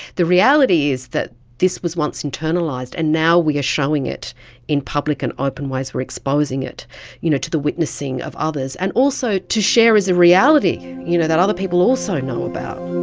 the reality is that this was once internalised and now we are showing it in public and open ways, we exposing it you know to the witnessing of others, and also to share as a reality you know that other people also know about.